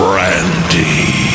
Brandy